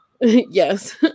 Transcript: yes